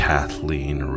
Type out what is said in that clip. Kathleen